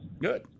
Good